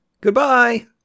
Goodbye